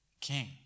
king